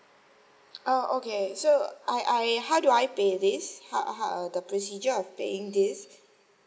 oh okay so I I how do I pay this how how the procedure of paying this